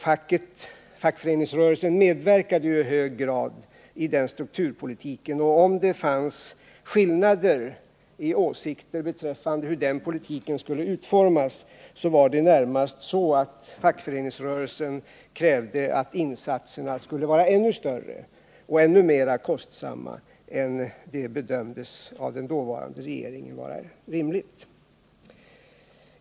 Fackföreningsrörelsen medverkade i hög grad i den strukturpolitiken, och om det fanns skillnader i åsikter beträffande hur den politiken skulle utformas var det närmast så att fackföreningsrörelsen krävde att insatserna skulle vara ännu större och ännu mer kostsamma än den dåvarande regeringen bedömde vara rimligt.